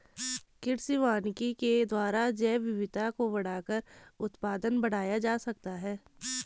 कृषि वानिकी के द्वारा जैवविविधता को बढ़ाकर उत्पादन बढ़ाया जा सकता है